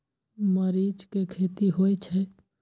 मरीच के खेती होय छय?